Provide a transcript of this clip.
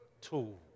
tool